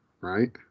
right